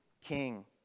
king